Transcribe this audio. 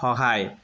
সহায়